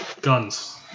Guns